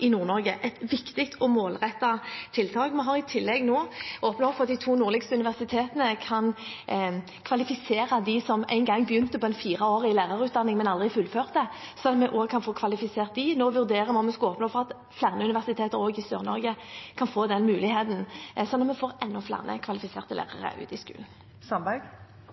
i Nord-Norge. Det er et viktig og målrettet tiltak. Vi har i tillegg åpnet opp for at de to nordligste universitetene kan kvalifisere dem som en gang begynte på en fireårig lærerutdanning, men som aldri fullførte, sånn at vi også kan få kvalifisert dem. Nå vurderer vi om vi skal åpne opp for at flere universiteter i Sør-Norge også kan få den muligheten, sånn at vi får enda flere kvalifiserte lærere ute i skolen. Nina Sandberg